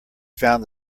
found